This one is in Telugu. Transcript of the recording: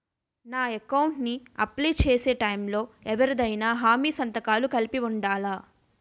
నా అకౌంట్ ను అప్లై చేసి టైం లో ఎవరిదైనా హామీ సంతకాలు కలిపి ఉండలా?